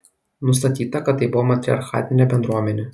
nustatyta kad tai buvo matriarchatinė bendruomenė